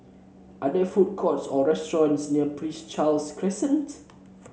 are there food courts or restaurants near Prince Charles Crescent